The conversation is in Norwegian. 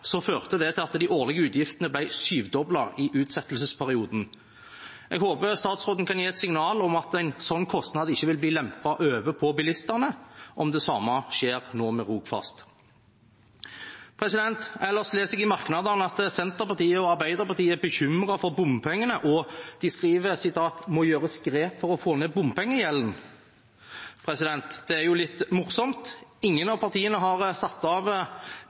førte det til at de årlige utgiftene ble syvdoblet i utsettelsesperioden. Jeg håper statsråden kan gi et signal om at en slik kostnad ikke vil bli lempet over på bilistene om det samme nå skjer med Rogfast. Ellers leser jeg i merknadene at Senterpartiet og Arbeiderpartiet er bekymret for bompengene og skriver at det «må gjøres grep for å få nedbompengegjelden.» Det er jo litt morsomt. Ingen av partiene har satt av